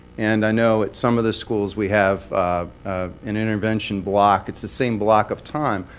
and i know at some of the schools we have an intervention block. it's the same block of time.